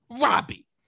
Robbie